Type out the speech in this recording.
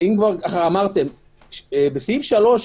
בסעיף 3,